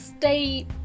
Stay